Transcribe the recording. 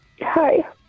Hi